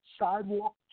Sidewalk